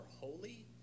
holy